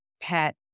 pet